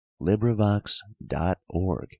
LibriVox.org